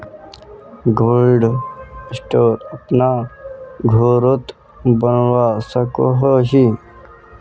Cold store अपना घोरोत बनवा सकोहो ही?